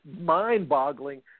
mind-boggling